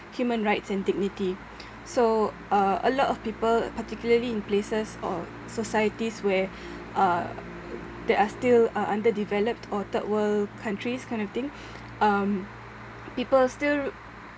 human rights and dignity so uh a lot of people particularly in places or societies where uh there are still uh underdeveloped or third world countries kind of thing um people still